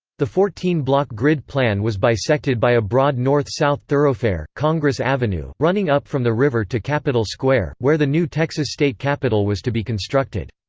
the fourteen block grid plan was bisected by a broad north-south thoroughfare, congress avenue, running up from the river to capital square, where the new texas state capitol was to be constructed.